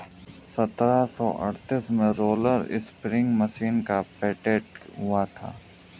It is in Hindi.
सत्रह सौ अड़तीस में रोलर स्पीनिंग मशीन का पेटेंट हुआ था